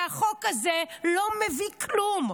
והחוק הזה לא מביא כלום.